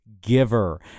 giver